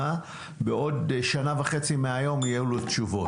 בעוד שנה וחצי מהיום יהיו לו תשובות,